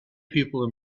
people